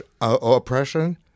oppression